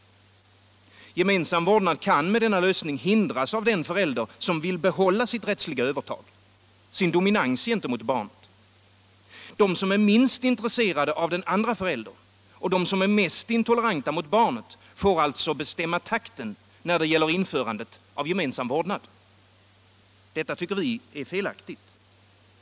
Gemensam vårdnad kan med denna lösning hindras av den förälder som vill behålla sitt rättsliga övertag, sin dominans gentemot barnet. De som är minst intresserade av den andra föräldern, de som är mest intoleranta mot barnet får alltså bestämma takten när det gäller införandet av gemensam vårdnad. Det tycker vi är felaktigt.